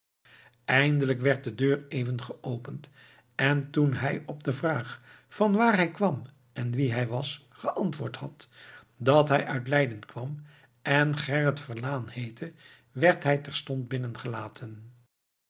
eindelijk werd de deur even geopend en toen hij op de vraag vanwaar hij kwam en wie hij was geantwoord had dat hij uit leiden kwam en gerrit verlaen heette werd hij terstond binnengelaten